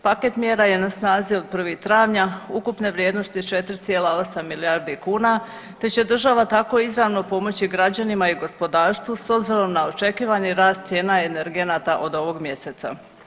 Paket mjera je na snazi od 1. travnja, ukupne vrijednosti 4,8 milijarde kuna te će država tako izravno pomoći građanima i gospodarstvu s obzirom na očekivani rast cijena energenata od ovog mjeseca.